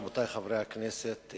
רבותי חברי הכנסת,